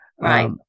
right